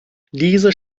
diese